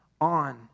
on